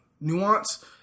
nuance